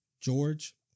George